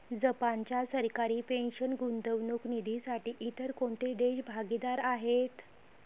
जपानच्या सरकारी पेन्शन गुंतवणूक निधीसाठी इतर कोणते देश भागीदार आहेत?